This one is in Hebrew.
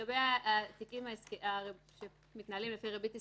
לגבי התיקים שמתנהלים לפי ריבית הסכמית,